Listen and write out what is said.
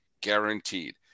guaranteed